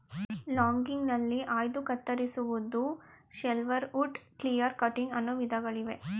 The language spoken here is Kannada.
ಲಾಗಿಂಗ್ಗ್ನಲ್ಲಿ ಆಯ್ದು ಕತ್ತರಿಸುವುದು, ಶೆಲ್ವರ್ವುಡ್, ಕ್ಲಿಯರ್ ಕಟ್ಟಿಂಗ್ ಅನ್ನೋ ವಿಧಗಳಿವೆ